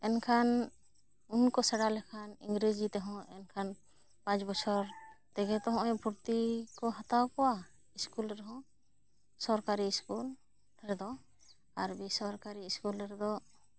ᱮᱱ ᱠᱷᱟᱱ ᱩᱱ ᱠᱚ ᱥᱮᱬᱟ ᱞᱮᱠᱷᱟᱱ ᱤᱝᱜᱨᱮᱡᱤ ᱛᱮᱦᱚᱸ ᱮᱱᱠᱷᱟᱱ ᱯᱟᱸᱪ ᱵᱚᱪᱷᱚᱨ ᱛᱮᱜᱮ ᱛᱚ ᱦᱚᱦᱚᱸᱭ ᱵᱷᱩᱨᱛᱤ ᱠᱚ ᱦᱟᱛᱟᱣ ᱠᱚᱣᱟ ᱤᱥᱠᱩᱞ ᱨᱮᱦᱚᱸ ᱥᱚᱨᱠᱟᱨᱤ ᱤᱥᱠᱩᱞ ᱨᱮᱫᱚ ᱟᱨ ᱵᱮᱥᱚᱨᱠᱟᱨᱤ ᱤᱥᱠᱩᱞ ᱨᱮᱫᱚ